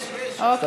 יש, יש, אוקיי.